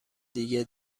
دیگه